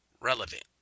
relevant